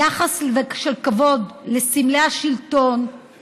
יחס של כבוד לסמלי השלטון,